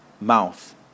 mouth